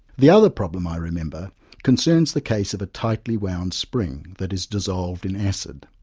the other problem i remember concerns the case of a tightly wound spring that is dissolved in acid.